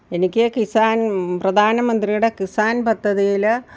എനിക്ക് കിസാൻ പ്രധാന മന്ത്രിയുടെ കിസാൻ പദ്ധതിയിൽ